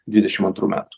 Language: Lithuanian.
dvidešim antrų metų